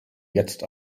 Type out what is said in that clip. jetzt